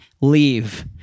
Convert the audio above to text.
leave